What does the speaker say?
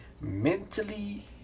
mentally